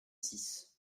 six